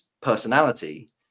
personality